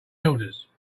elders